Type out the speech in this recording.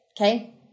Okay